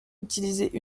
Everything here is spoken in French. utilisaient